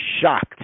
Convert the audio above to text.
shocked